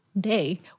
Day